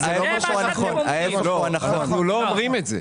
אנחנו לא אומרים את זה.